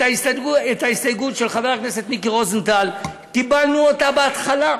את ההסתייגות של חבר הכנסת מיקי רוזנטל קיבלנו בהתחלה.